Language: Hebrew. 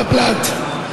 בבל"ת.